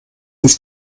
ist